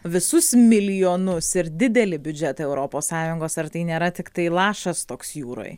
visus milijonus ir didelį biudžetą europos sąjungos ar tai nėra tiktai lašas toks jūroj